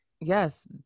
yes